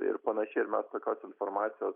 ir panašiai ir mes tokios informacijos